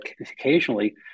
occasionally